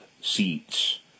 seats